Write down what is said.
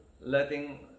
letting